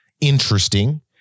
interesting